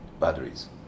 batteries